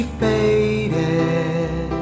faded